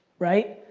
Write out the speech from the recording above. right?